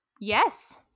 yes